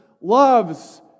loves